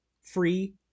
free